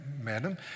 madam